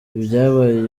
ibyabaye